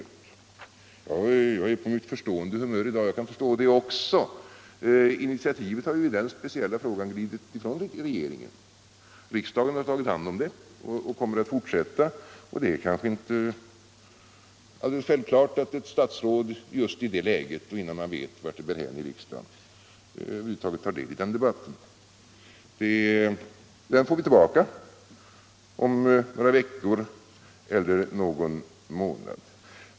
Jag är på mitt förstående humör i dag, och jag kan förstå det också. Initiativet har ju i den speciella frågan glidit från regeringen. Riksdagen har tagit hand om problemet, och den ordningen kommer att fortsätta. Det är kanske inte alldeles självklart att ett statsråd i det läget, innan han vet vart det bär hän i riksdagen, över huvud tar del i den debatten. Vi får tillbaka den om några veckor eller om någon månad.